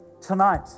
Tonight